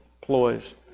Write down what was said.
ploys